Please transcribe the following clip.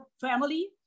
family